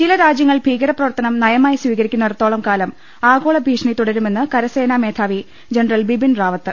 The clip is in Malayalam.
ചില രാജ്യങ്ങൾ ഭീകരപ്രവർത്തനം നയമായി സ്വീക രിക്കുന്നിടത്തോളം കാലം ആഗോളഭീഷണി തുടരുമെന്ന് കരസേനാമേധാവി ജനറൽ ബിബിൻ റാവത്ത്